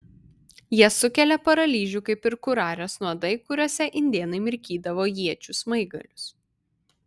jie sukelia paralyžių kaip ir kurarės nuodai kuriuose indėnai mirkydavo iečių smaigalius